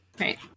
right